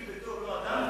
אדם בביתו הוא לא אדם?